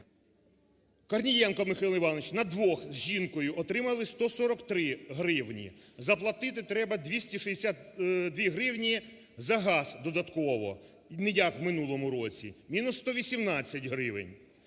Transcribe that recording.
Корнієнко Михайло Іванович, на двох з жінкою отримали 143 гривні, заплатити треба 262 гривні за газ додатково, не як в минулому році, мінус 118 гривень.